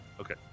okay